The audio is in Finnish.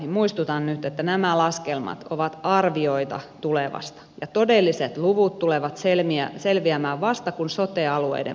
muistutan nyt että nämä laskelmat ovat arvioita tulevasta ja todelliset luvut tulevat selviämään vasta kun sote alueiden budjetit ovat selvillä